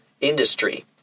industry